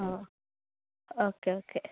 ആ okay okay